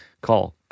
call